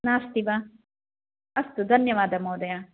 नास्ति वा अस्तु धन्यवाद महोदय